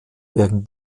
werden